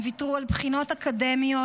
הם ויתרו על בחינות אקדמיות,